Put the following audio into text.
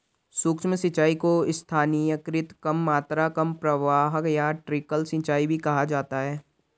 सूक्ष्म सिंचाई को स्थानीयकृत कम मात्रा कम प्रवाह या ट्रिकल सिंचाई भी कहा जाता है